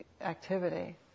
activity